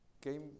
came